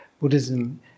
Buddhism